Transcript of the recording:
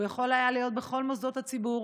הוא יכול היה להיות בכל מוסדות הציבור.